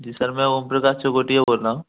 जी sir मैं ओम प्रकाश सेवटिया बोल रहा हूँ